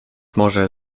może